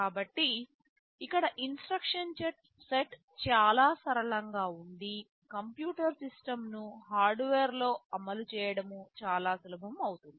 కాబట్టి ఇక్కడ instruction set చాలా సరళంగా ఉండి కంప్యూటర్ సిస్టమ్ను హార్డ్వేర్లో అమలు చేయడము చాలా సులభం అవుతుంది